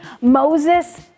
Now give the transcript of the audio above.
Moses